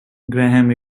graham